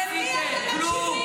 למי אתם מקשיבים,